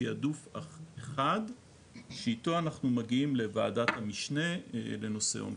תיעדוף אחד שאיתו אנחנו מגיעים לוועדת המשנה לנושא אונקולוגי.